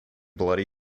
bloody